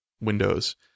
windows